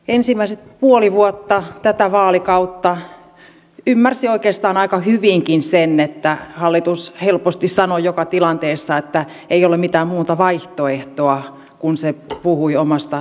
ensimmäiset puoli vuotta tätä vaalikautta ymmärsi aikeistaan aika hyvinkin sen että hallitus helposti sanoi joka tilanteessa että ei ole mitään muuta vaihtoehtoa kun se puhui omasta